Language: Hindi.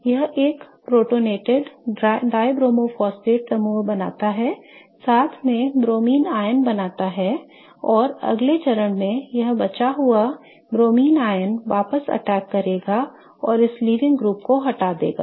यह एक प्रोटोनेटेड डायब्रोमो फॉस्फेट समूह बनता है साथ में Br बनता है और अगले चरण में यह बचा हुआ Br वापस आकर अटैक करेगा और इस लीविंग ग्रुप को हटा देगा